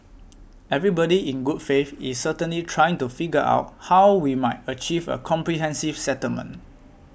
everybody in good faith is certainly trying to figure out how we might achieve a comprehensive settlement